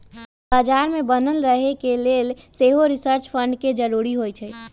बजार में बनल रहे के लेल सेहो रिसर्च फंड के जरूरी होइ छै